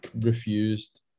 Refused